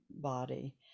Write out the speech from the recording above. body